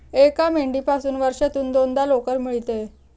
एका मेंढीपासून वर्षातून दोनदा लोकर मिळते